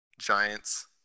Giants